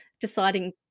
deciding